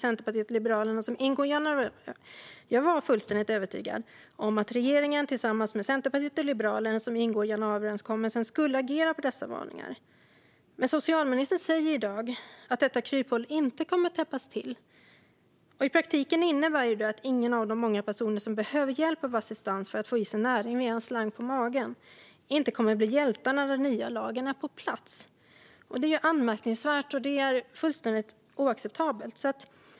Jag var fullständigt övertygad om att regeringen tillsammans med Centerpartiet och Liberalerna, som ingår i januariöverenskommelsen, skulle agera på dessa varningar. Men socialministern säger i dag att detta kryphål inte kommer att täppas till. I praktiken innebär det att ingen av de många personer som behöver hjälp av assistans för att få i sig näring via en slang på magen kommer att bli hjälpt när den nya lagen är på plats. Detta är anmärkningsvärt och fullständigt oacceptabelt.